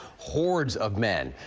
hordes of men.